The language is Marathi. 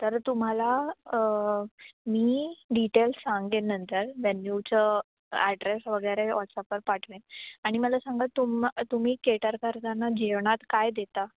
तर तुम्हाला मी डिटेल्स सांगेन नंतर व्हॅन्यूचं ॲड्रेस वगैरे व्हॉट्सअपवर पाठवेन आणि मला सांगा तुम तुम्ही केटर करताना जेवणात काय देता